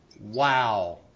Wow